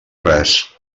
res